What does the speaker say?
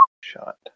shot